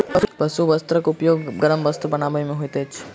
पशु केशक उपयोग गर्म वस्त्र बनयबा मे होइत अछि